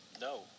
No